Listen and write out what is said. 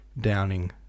Downing